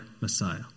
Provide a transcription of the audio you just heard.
Messiah